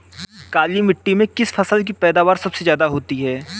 काली मिट्टी में किस फसल की पैदावार सबसे ज्यादा होगी?